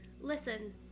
Listen